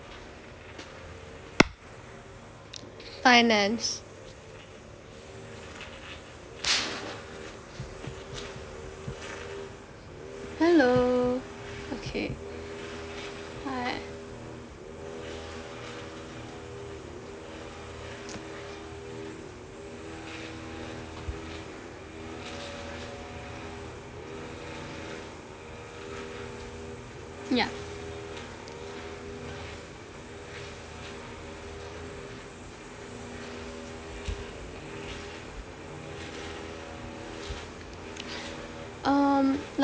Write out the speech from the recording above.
finance hello okay hi yup um